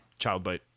Childbite